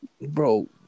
Bro